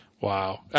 Wow